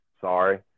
Sorry